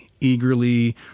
eagerly